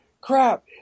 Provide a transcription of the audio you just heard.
crap